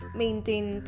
maintain